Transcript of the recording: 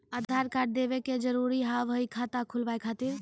आधार कार्ड देवे के जरूरी हाव हई खाता खुलाए खातिर?